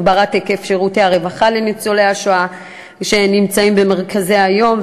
הגברת היקף שירותי הרווחה לניצולי השואה שנמצאים במרכזי-היום,